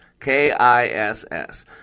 K-I-S-S